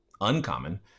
uncommon